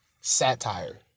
satire